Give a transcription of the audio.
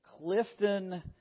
Clifton